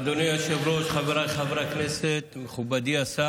אדוני היושב-ראש, חבריי חברי הכנסת, מכובדי השר,